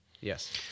Yes